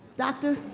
dr.